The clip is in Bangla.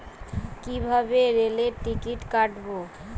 কিভাবে রেলের টিকিট কাটব?